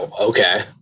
okay